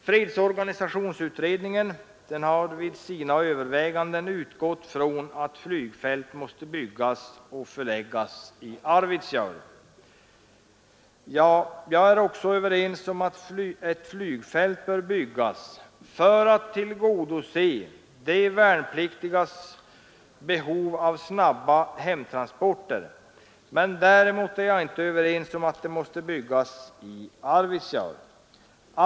Fredsorganisationsutredningen har vid sina överväganden utgått ifrån att flygfält måste byggas och förläggas i Arvidsjaur. Ja, jag är också överens med utredningen om att ett flygfält bör byggas för att tillgodose de värnpliktigas behov av snabba hemtransporter, däremot inte om att det måste byggas i Arvidsjaur.